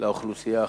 לאוכלוסייה החרדית.